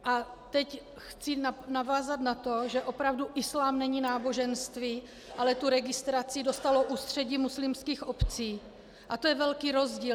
A teď chci navázat na to, že opravdu islám není náboženství, ale tu registraci dostalo Ústředí muslimských obcí a to je velký rozdíl.